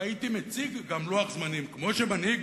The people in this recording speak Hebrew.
והייתי מציג גם לוח-זמנים, כמו שמצופה ממנהיג